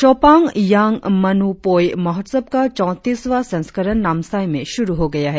शापांग यांग मनऊ पोई महोत्सव का चौतीसवां संस्करण नामसाई में शुरु हो गया है